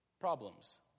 problems